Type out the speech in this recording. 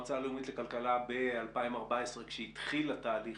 המועצה הלאומית לכלכלה ב-2014 כשהתחיל התהליך